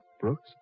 brooks